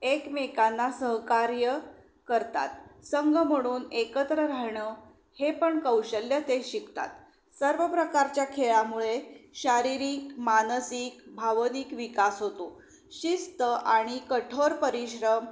एकमेकांना सहकार्य करतात संघ म्हणून एकत्र राहणं हे पण कौशल्य ते शिकतात सर्व प्रकारच्या खेळामुळे शारीरिक मानसिक भावनिक विकास होतो शिस्त आणि कठोर परिश्रम